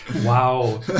Wow